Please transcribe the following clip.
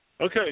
Okay